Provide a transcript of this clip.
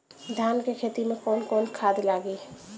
धान के खेती में कवन कवन खाद लागी?